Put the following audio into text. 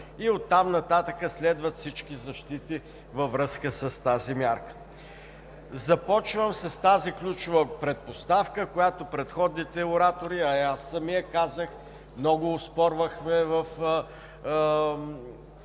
Оттам нататък следват всички защити във връзка с тази мярка. Започвам с тази ключова предпоставка, която предходните оратори, а и аз самият казах – много оспорвахме в